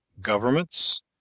governments